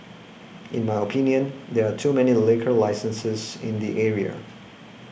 in my opinion there are too many liquor licenses in the area